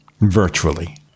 virtually